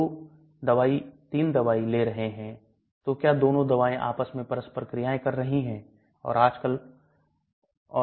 जैसा कि आप देख सकते हैं अम्लीय दवाएं जो pKa अम्लीय है क्षारीय दवाई pKa क्षारीय है इसलिए उनके पेट में अलग अलग घुलनशीलता होगी